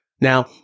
Now